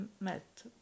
met